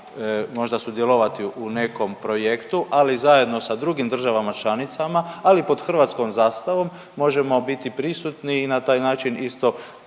možda sudjelovati u nekom projektu, ali zajedno sa drugim državama članicama, ali pod hrvatskom zastavom možemo biti prisutni i na taj način isto